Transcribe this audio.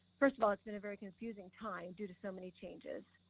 first of all, it's been a very confusing time due to so many changes.